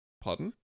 Pardon